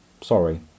Sorry